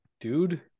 Dude